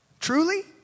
truly